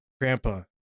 Grandpa